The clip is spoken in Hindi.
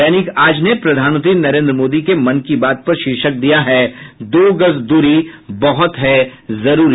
दैनिक आज ने प्रधानमंत्री नरेन्द्र मोदी के मन की बात पर शीर्षक दिया है दो गज दूरी बहुत है जरूरी